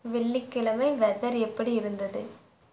வெள்ளிக்கிழமை வெதர் எப்படி இருந்தது